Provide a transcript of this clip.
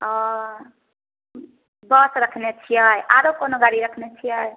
बस रखने छियै आओरो कोनो गाड़ी रखने छियै